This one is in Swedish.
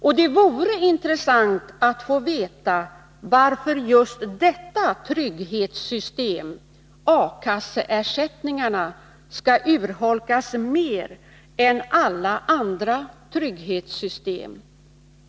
Och det vore intressant att få veta varför just detta trygghetssystem, A-kasseersättningarna, skall urholkas mer än alla andra trygghetssystem.